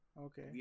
Okay